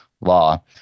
law